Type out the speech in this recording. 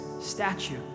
statue